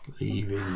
Leaving